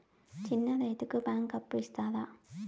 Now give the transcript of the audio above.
చిన్న రైతుకు బ్యాంకు అప్పు ఇస్తారా?